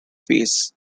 phase